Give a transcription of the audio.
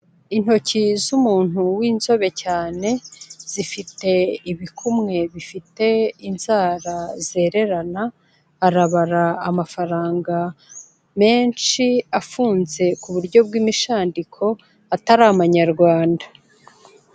Intoki z'umuntu w'inzobe cyane zifite ibikumwe bifite inzara zererana, arabara amafaranga menshi afunze ku buryo bw'imishandiko, atari amanyarwanda.